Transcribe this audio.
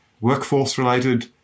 workforce-related